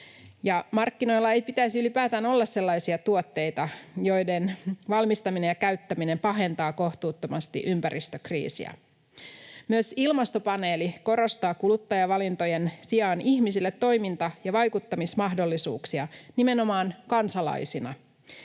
markkinoilla ei pitäisi ylipäätään olla sellaisia tuotteita, joiden valmistaminen ja käyttäminen pahentaa kohtuuttomasti ympäristökriisiä. Myös ilmastopaneeli korostaa kuluttajavalintojen sijaan ihmisille toiminta- ja vaikuttamismahdollisuuksia nimenomaan kansalaisina.